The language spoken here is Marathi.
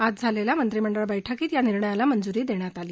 आज झालेल्या मंत्रिमंडळाच्या बैठकीत या निर्णयाला मंजुरी देण्यात आली